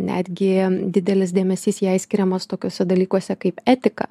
netgi didelis dėmesys jai skiriamas tokiuose dalykuose kaip etika